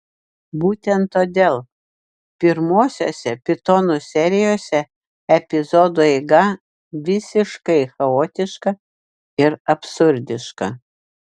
būtent todėl pirmuosiuose pitonų serijose epizodų eiga visiškai chaotiška ir absurdiška